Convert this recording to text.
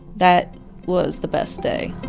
that was the best day